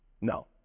No